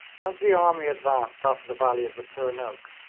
as the army advanced up the valley of the turnuk,